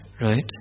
Right